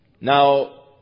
Now